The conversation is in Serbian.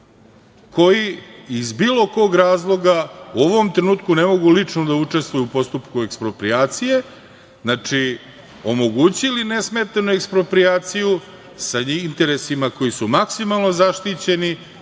koji iz bilo kog razloga u ovom trenutku ne mogu lično da učestvuju u postupku eksproprijacije, omogućili nesmetano eksproprijaciju sa interesima koji su maksimalno zaštićeni